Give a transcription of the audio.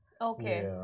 Okay